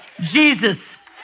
Jesus